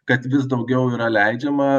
kad vis daugiau yra leidžiama